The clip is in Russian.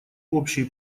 общей